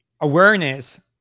awareness